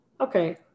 Okay